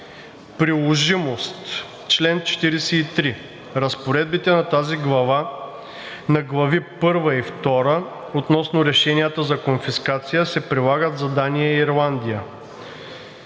„Приложимост Чл. 43. Разпоредбите на тази глава, на глави първа и втора относно решенията за конфискация се прилагат за Дания и Ирландия.“